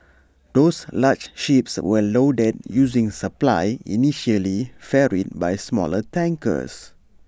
those large ships were loaded using supply initially ferried by smaller tankers